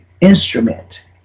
instrument